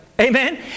Amen